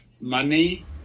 money